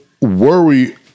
worry